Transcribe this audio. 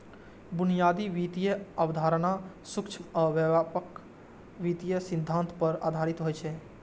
बुनियादी वित्तीय अवधारणा सूक्ष्म आ व्यापक वित्तीय सिद्धांत पर आधारित होइ छै